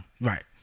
right